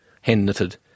hand-knitted